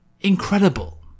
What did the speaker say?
incredible